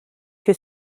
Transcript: que